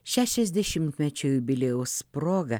šešiasdešimtečio jubiliejaus proga